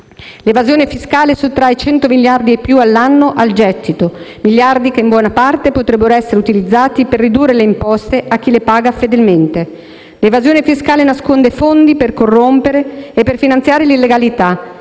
L'evasione fiscale sottrae 100 miliardi e più all'anno al gettito, miliardi che in buona parte potrebbero essere utilizzati per ridurre le imposte a chi le paga fedelmente. L'evasione fiscale nasconde fondi per corrompere e finanziare illegalità,